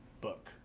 book